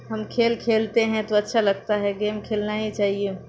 ہم کھیل کھیلتے ہیں تو اچھا لگتا ہے گیم کھیلنا ہی چاہیے